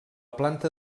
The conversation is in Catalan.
planta